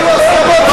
איפה ההסכמות?